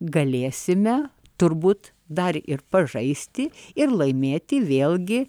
galėsime turbūt dar ir pažaisti ir laimėti vėlgi